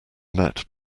met